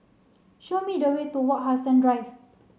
show me the way to Wak Hassan Drive